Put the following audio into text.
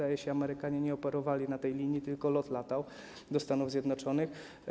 Amerykanie nie operowali na tej linii, tylko LOT latał do Stanów Zjednoczonych.